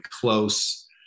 close